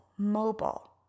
mobile